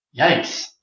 Yikes